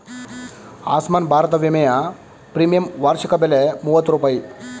ಆಸ್ಮಾನ್ ಭಾರತ ವಿಮೆಯ ಪ್ರೀಮಿಯಂ ವಾರ್ಷಿಕ ಬೆಲೆ ಮೂವತ್ತು ರೂಪಾಯಿ